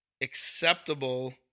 acceptable